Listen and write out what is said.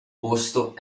posto